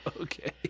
Okay